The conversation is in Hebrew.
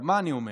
מה אני אומר?